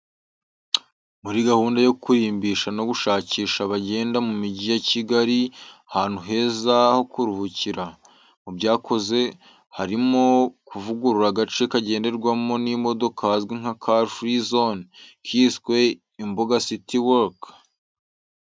Muri gahunda yo kurimbisha no gushakira abagenda mu Mujyi wa Kigali ahantu heza ho kuruhukira, mu byakozwe harimo no kuvugurura agace katagendwamo n’imodoka kazwi nka ‘Car Free Zone’ kiswe ‘Imbuga City Walk’.